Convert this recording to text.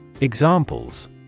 Examples